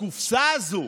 הקופסה הזו,